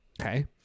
Okay